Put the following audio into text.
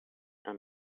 and